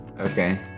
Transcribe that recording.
Okay